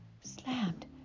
slammed